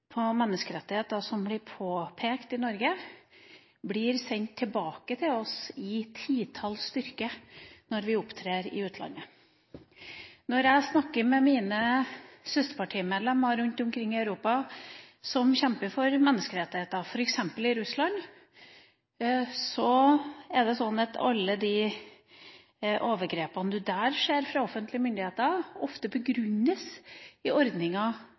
menneskerettigheter som blir påpekt i Norge, blir sendt tilbake til oss ti ganger sterkere når vi opptrer i utlandet. Når jeg snakker med mine søsterpartimedlemmer rundt omkring i Europa som kjemper for menneskerettigheter, f.eks. i Russland, er det slik at de overgrepene du der ser fra offentlige myndigheter, ofte begrunnes i